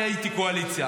אני הייתי קואליציה,